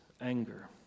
anger